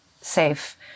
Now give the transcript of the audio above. Safe